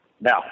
Now